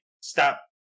stop